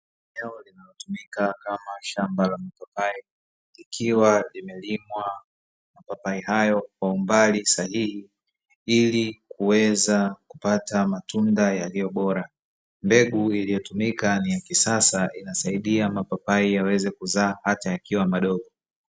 Eneo linalotumika kama shamba la mipapai ikiwa limelimwa na papai hayo kwa umbali sahihi ili kuweza kupata matunda yaliyo bora. Mbegu iliyotumika ni ya kisasa inasaidia mapapai yaweze kuzaa hata yakiwa madogo.